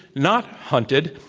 not hunted.